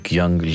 young